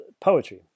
poetry